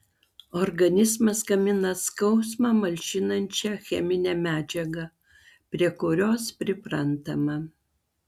organizmas gamina skausmą malšinančią cheminę medžiagą prie kurios priprantama